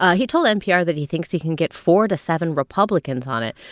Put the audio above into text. ah he told npr that he thinks he can get four to seven republicans on it.